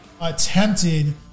attempted